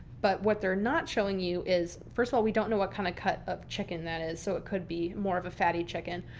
but what they're not showing you is. first of all, we don't know what kind of cut of chicken that is. so it could be more of a fatty chicken,